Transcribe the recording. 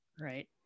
Right